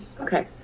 Okay